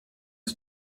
aux